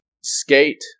Skate